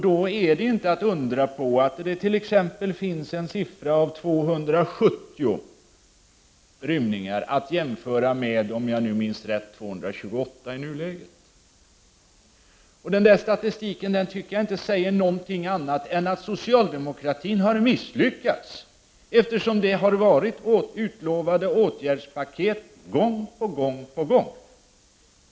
Då är det inte att undra på att det t.ex. finns en uppgift på 270 rymningar, att jämföras med, om jag minns rätt, 228 i dag. Den statistiken tycker jag inte säger någonting annat än att socialdemokratin har misslyckats, eftersom det gång på gång på gång har utlovats åtgärdspaket.